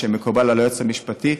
שמקובל על היועץ המשפטי,